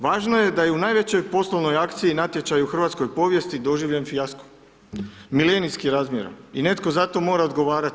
Važno je da je u najvećoj poslovnoj akciji natječaj u hrvatskoj povijesti doživljen fijasko milenijskih razmjera i netko za to mora odgovarati.